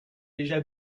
déjà